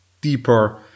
deeper